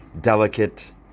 delicate